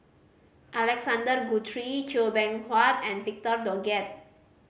Alexander Guthrie Chua Beng Huat and Victor Doggett